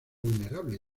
vulnerable